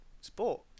sport